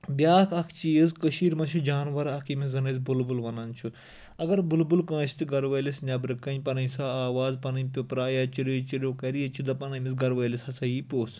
بیٛاکھ اَکھ چیٖز کٔشیٖرِ منٛز چھِ جانوَر اَکھ ییٚمِس زَن أسۍ بُلبُل وَنان چھُ اگر بُلبُل کٲنٛسِہ تہِ گَرٕوٲلِس نٮ۪برٕکٮ۪ن پَنٕنۍ سَہ آواز پَنٕنۍ پِپراے یا چِرِو چِرِو کَرِ ییٚتہِ چھِ دَپان أمِس گَرٕوٲلِس ہَسا یی پوٚژھ